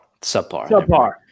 Subpar